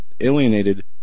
alienated